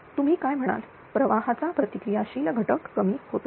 तुम्ही काय म्हणाल प्रवाहाचा प्रतिक्रिया शील घटक कमी होतो